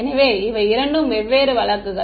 எனவே இவை இரண்டும் வெவ்வேறு வழக்குகள்